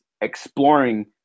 exploring